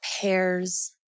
pairs